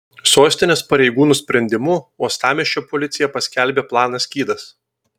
sostinės pareigūnų sprendimu uostamiesčio policija paskelbė planą skydas